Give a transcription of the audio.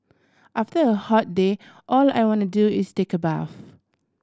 after a hot day all I want to do is take a bath